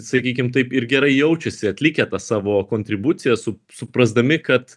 sakykim taip ir gerai jaučiasi atlikę tą savo kontribuciją sup suprasdami kad